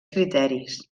criteris